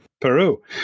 Peru